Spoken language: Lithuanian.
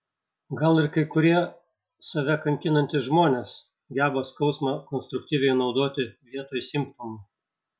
gal ir kai kurie save kankinantys žmonės geba skausmą konstruktyviai naudoti vietoj simptomų